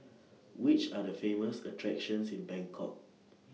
Which Are The Famous attractions in Bangkok